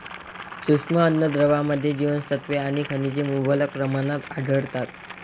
सूक्ष्म अन्नद्रव्यांमध्ये जीवनसत्त्वे आणि खनिजे मुबलक प्रमाणात आढळतात